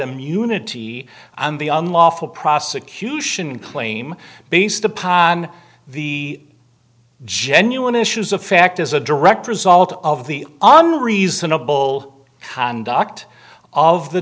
immunity and the unlawful prosecution claim based upon the genuine issues of fact as a direct result of the unreasonable conduct of the